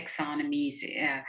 taxonomies